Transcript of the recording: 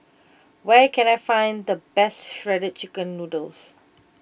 where can I find the best Shredded Chicken Noodles